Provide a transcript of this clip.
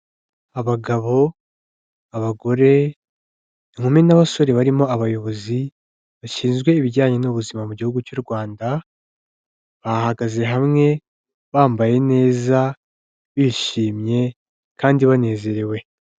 Abagabo, abagore, inkumi n'abasore barimo abayobozi bashinzwe ibijyanye n'ubuzima mu gihugu cy'u Rwanda, bahagaze hamwe, bambaye neza, bishimye kandi banezerewe.